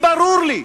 כי ברור לי